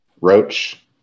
Roach